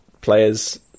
players